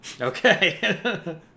Okay